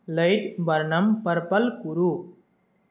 light वर्णं purple कुरु